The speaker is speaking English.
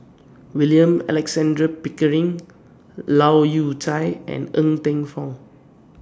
William Alexander Pickering Leu Yew Chye and Ng Teng Fong